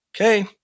Okay